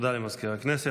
תודה למזכיר הכנסת.